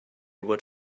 would